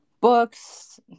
books